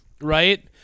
right